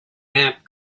map